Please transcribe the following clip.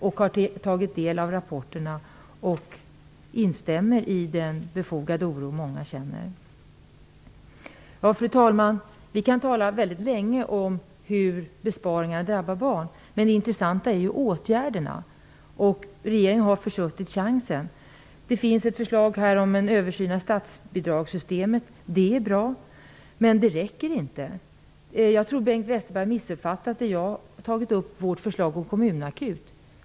De har tagit intryck av rapporterna och instämmer i den befogade oro många känner. Fru talman! Vi kan tala väldigt länge om hur besparingar drabbar barn. Men det intressanta är åtgärderna. Regeringen har försuttit chansen. Det finns ett förslag om en översyn av statsbidragssystemet. Det är bra, men det räcker inte. Jag tror att Bengt Westerberg har missuppfattat vårt förslag om en kommunakut.